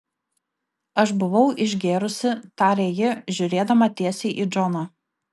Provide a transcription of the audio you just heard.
aš buvau išgėrusi tarė ji žiūrėdama tiesiai į džoną